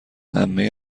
عمه